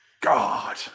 God